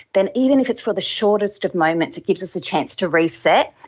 then even if it's for the shortest of moments, it gives us a chance to reset,